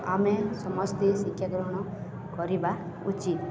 ଆମେ ସମସ୍ତେ ଶିକ୍ଷା ଗ୍ରହଣ କରିବା ଉଚିତ୍